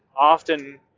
often